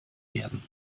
werden